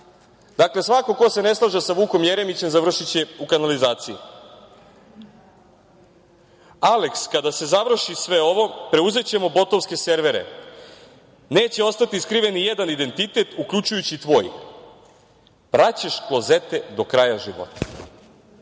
Dakle, svako ko se ne slaže sa Vukom Jeremićem završiće u kanalizaciji. „Aleks, kada se završi sve ovo preuzećemo botovske servere, neće ostati skriven nijedan identitet, uključujući i tvoj. Praćeš klozete do kraja